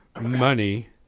money